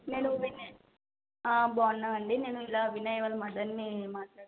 నేను విన బావున్నామండి నేను ఇలా వినయ్ వాళ్ళ మదర్ని మాట్లాడుతున్నా